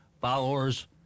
followers